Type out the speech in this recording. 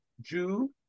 jew